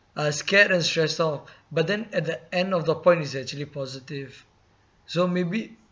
uh scared and stressed out but then at the end of the point is actually positive so maybe